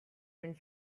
wind